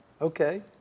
Okay